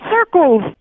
circles